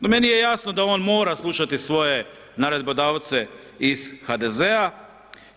No meni je jasno da on mora slušati svoje naredbodavce iz HDZ-a.